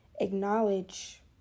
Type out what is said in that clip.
acknowledge